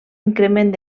increment